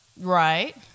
Right